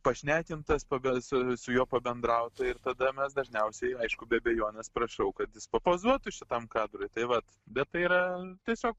pašnekintas pa su juo pabendrauta ir tada mes dažniausiai aišku be abejonės prašau kad jis papozuotų šitam kadrui tai vat bet tai yra tiesiog